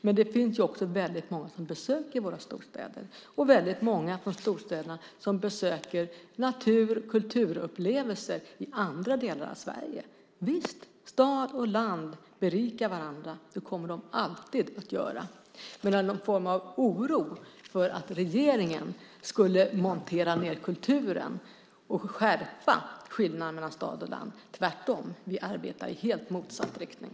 Men det finns också väldigt många som besöker våra storstäder och väldigt många från storstäderna som söker natur och kulturupplevelser i andra delar av Sverige. Visst, stad och land berikar varandra! Det kommer de alltid att göra, men någon form av oro för att regeringen skulle montera ned kulturen och skärpa skillnaderna mellan stad och land finns det ingen anledning till. Tvärtom, vi arbetar i helt motsatt riktning.